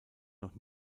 noch